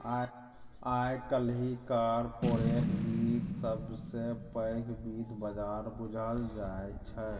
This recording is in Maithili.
आइ काल्हि कारपोरेट बित्त सबसँ पैघ बित्त बजार बुझल जाइ छै